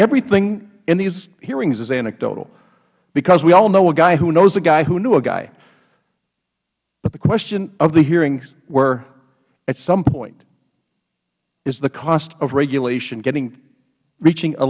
everything in these hearings is anecdotal because we all know a guy who knows a guy who knew a guy but the question of the hearings were at some point is the cost of regulation reaching a